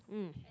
mm